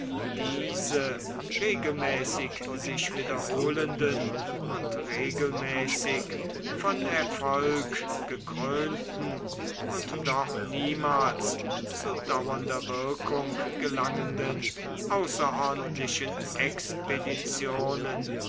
diese regelmäßig sich wiederholenden und regelmäßig von erfolg gekrönten und doch niemals zu dauernder wirkung gelangenden außerordentlichen expeditionen